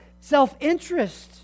self-interest